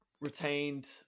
retained